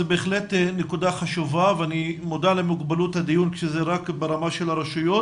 זה בהחלט נקודה חשובה ואני מודע למגבלות הדיון כשזה רק ברמה של הרשויות.